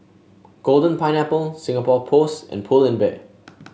Golden Pineapple Singapore Post and Pull and Bear